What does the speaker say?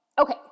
Okay